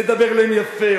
מדבר אליהם יפה,